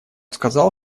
сказал